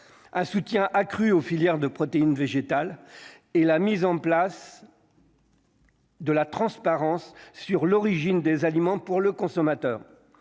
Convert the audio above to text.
un soutien accru aux filières de protéines végétales et la mise en place. De la transparence sur l'origine des aliments pour le consommateur,